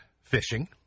fishing